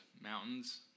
mountains